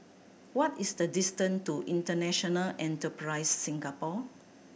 what is the distant to International Enterprise Singapore